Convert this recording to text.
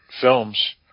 films